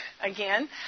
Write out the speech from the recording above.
again